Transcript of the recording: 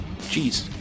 jeez